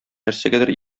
нәрсәгәдер